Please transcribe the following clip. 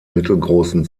mittelgroßen